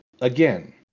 again